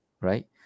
right